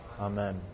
amen